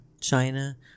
China